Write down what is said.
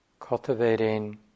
cultivating